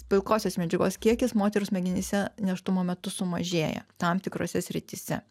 pilkosios medžiagos kiekis moterų smegenyse nėštumo metu sumažėja tam tikrose srityse